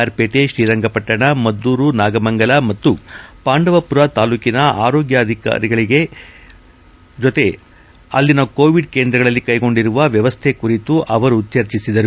R Pete Srirangapatna Maddur Nagamangala ಮತ್ತು ಪಾಂಡವಪುರ ತಾಲ್ಲೂಕಿನ ಆರೋಗ್ಯ ಅಧಿಕಾರಿಗಳೊಡನೆ ಅಲ್ಲಿನ ಕೋವಿಡ್ ಕೇಂದ್ರಗಳಲ್ಲಿ ಕೈಗೊಂಡಿರುವ ವ್ಯವಸ್ಥೆ ಕುರಿತು ಚರ್ಚಿಸಿದರು